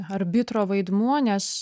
arbitro vaidmuo nes